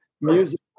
music